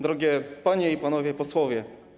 Drodzy Panie i Panowie Posłowie!